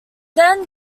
then